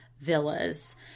villas